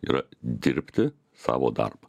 yra dirbti savo darbą